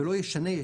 ולא ישנה,